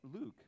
Luke